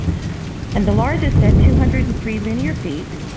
and the largest at two hundred and three linear feet,